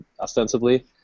ostensibly